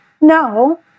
No